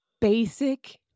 basic